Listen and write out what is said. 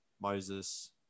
Moses